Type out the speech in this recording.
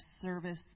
service